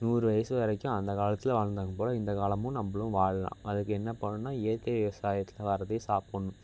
நூறு வயசு வரைக்கும் அந்த காலத்தில் வாழ்தாங்க போல் இந்த காலமும் நம்பளும் வாழலாம் அதுக்கு என்ன பண்ணுன்னா இயற்கை விவசாயத்தில் வரதே சாப்பிட்ணும்